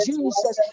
Jesus